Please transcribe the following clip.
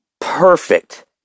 perfect